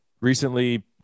recently